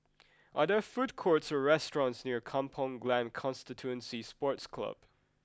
are there food courts or restaurants near Kampong Glam Constituency Sports Club